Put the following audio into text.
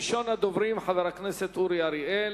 ראשון הדוברים הוא חבר הכנסת אורי אריאל,